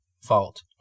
fault